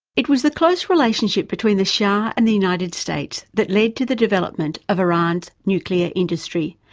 it was the close relationship between the shah and the united states that led to the development of iran's nuclear industry,